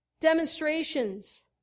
demonstrations